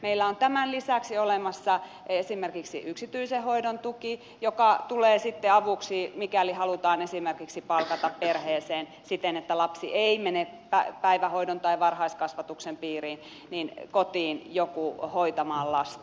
meillä on tämän lisäksi olemassa esimerkiksi yksityisen hoidon tuki joka tulee sitten avuksi mikäli halutaan esimerkiksi palkata perheeseen siten että lapsi ei mene päivähoidon tai varhaiskasvatuksen piiriin kotiin joku hoitamaan lasta